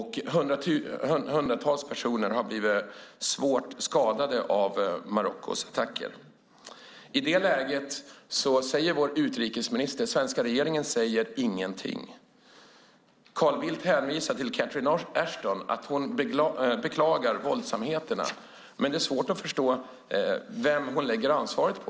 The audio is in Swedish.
Hundratals personer har blivit svårt skadade av Marockos attacker. I det läget säger den svenska regeringen ingenting. Carl Bildt hänvisar till Catherine Ashton, att hon beklagar våldsamheterna, men det är svårt att förstå vem hon egentligen lägger ansvaret på.